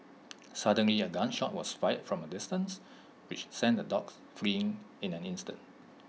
suddenly A gun shot was fired from A distance which sent the dogs fleeing in an instant